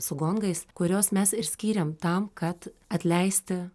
su gongais kuriuos mes ir skyrėm tam kad atleisti